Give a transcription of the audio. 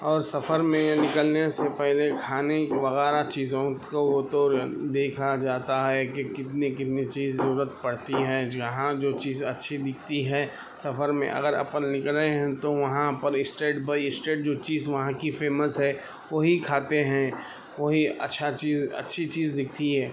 اور سفر میں نکلنے سے پہلے کھانے وغیرہ چیزوں کو تو دیکھا جاتا ہے کہ کتنی کتنی چیز ضرورت پڑتی ہیں جہاں جو چیز اچھی دکھتی ہے سفر میں اگر اپن نکلے ہیں تو وہاں پر اسٹیٹ بائی اسٹیٹ جو چیز وہاں کی فیمس ہے وہی کھاتے ہیں وہی اچھا چیز اچھی چیز دکھتی ہے